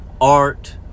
art